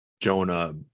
Jonah